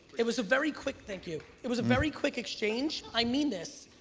it was a very quick thank you. it was a very quick exchange. i mean this,